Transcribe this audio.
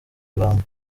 ibamba